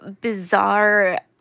bizarre